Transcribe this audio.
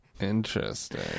Interesting